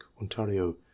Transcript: ontario